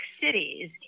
cities